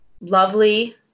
lovely